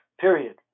Period